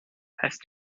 hast